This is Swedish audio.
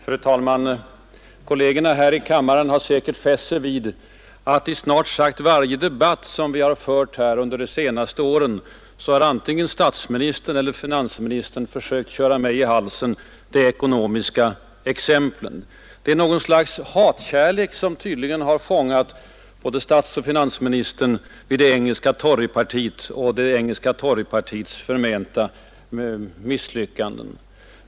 Fru talman! Kollegerna här i kammaren har säkert fäst sig vid att i snart sagt varje debatt som vi har fört här under de senaste åren har antingen statsministern eller finansministern försökt köra mig i halsen jämförelser med utvecklingen i England. Det är något slags hatkärlek till det engelska torypartiet och det engelska torypartiets förmenta misslyckanden som tydligen har fångat både statsoch finansministern.